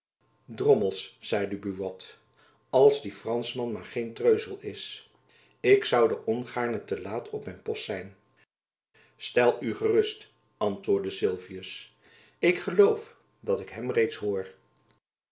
drommels zeide buat als die franschman maar geen treuzel is ik zoude ongaarne te laat op mijn post zijn stel u gerust antwoordde sylvius ik geloof dat ik hem reeds hoor